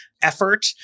effort